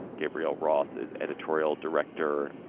gabriel roth is editorial director,